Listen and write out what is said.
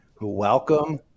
Welcome